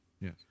Yes